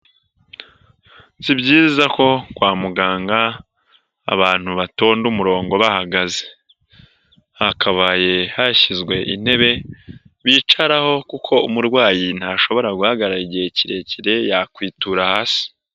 Si byiza ko kwa muganga abantu batonda umurongo bahagaze, hakabaye hashyizwe intebe bicaraho kuko umurwayi ntashobora guhagarara igihe kirekire yakwitura hasi.